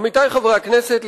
עמיתי חברי הכנסת,